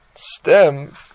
stem